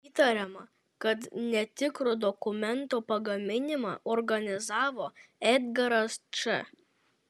įtariama kad netikro dokumento pagaminimą organizavo edgaras č